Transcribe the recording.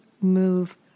move